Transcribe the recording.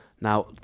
now